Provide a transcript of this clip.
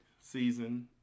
season